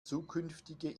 zukünftige